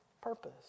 purpose